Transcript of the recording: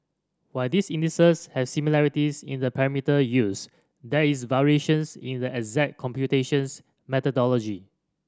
while these indexes has similarities in the parameter used there is variations in the exact computations methodology